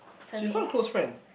she's not close friend